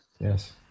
Yes